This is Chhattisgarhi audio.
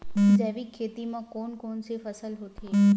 जैविक खेती म कोन कोन से फसल होथे?